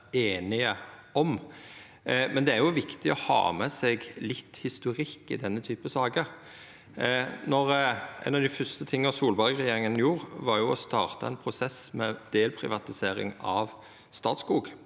det er viktig å ha med seg litt historikk i slike saker. Noko av det fyrste Solberg-regjeringa gjorde, var å starta ein prosess med delprivatisering av Statskog.